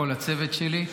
כל הצוות שלי,